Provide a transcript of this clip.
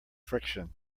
friction